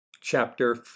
Chapter